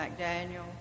McDaniel